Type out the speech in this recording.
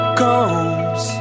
comes